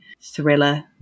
thriller